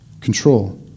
control